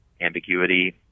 ambiguity